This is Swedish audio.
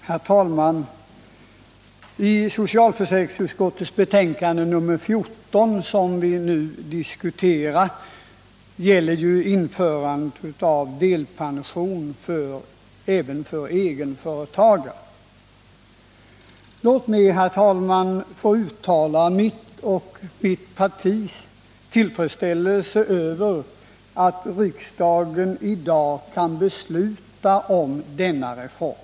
Herr talman! Socialförsäkringsutskottets betänkande nr 14, som vi nu diskuterar, gäller ju införandet av delpension även för egenföretagare. Låt mig få uttala mitt och mitt partis tillfredsställelse över att riksdagen i dag kan besluta om denna reform.